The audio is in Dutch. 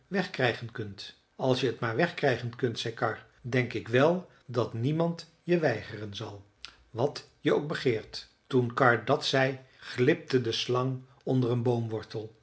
wegkrijgen kunt als je t maar wegkrijgen kunt zei karr denk ik wel dat niemand je weigeren zal wat je ook begeert toen karr dat zei glipte de slang onder een